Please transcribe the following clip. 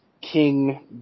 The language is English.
king